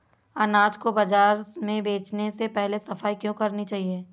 अनाज को बाजार में बेचने से पहले सफाई क्यो करानी चाहिए?